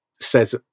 says